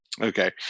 Okay